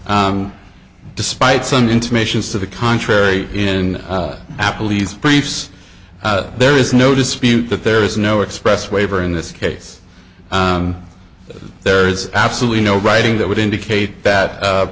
despite some intimations to the contrary in applebee's briefs there is no dispute that there is no express waiver in this case there is absolutely no writing that would indicate that